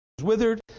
withered